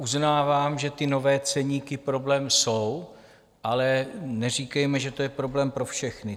Uznávám, že ty nové ceníky problém jsou, ale neříkejme, že to je problém pro všechny.